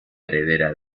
heredera